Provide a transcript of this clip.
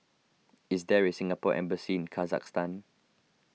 is there a Singapore Embassy in Kazakhstan